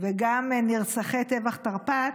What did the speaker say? וגם נרצחי טבח תרפ"ט,